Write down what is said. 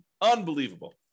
Unbelievable